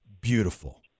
beautiful